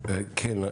כן,